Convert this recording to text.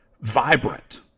vibrant